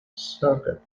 circuit